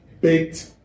baked